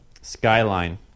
Skyline